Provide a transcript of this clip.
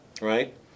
right